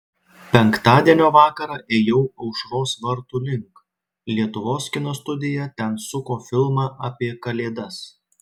penktadienio vakarą ėjau aušros vartų link lietuvos kino studija ten suko filmą apie kalėdas